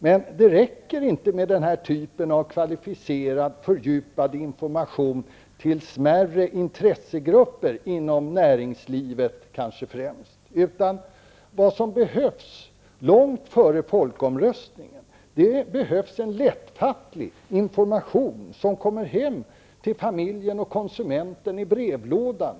Men det räcker inte med denna typ av kvalificerad, fördjupad information till smärre intressegrupper, kanske främst inom näringslivet. Vad som behövs långt före folkomröstningen är en lättfattlig information som kommer till familjen och konsumenten via brevlådan.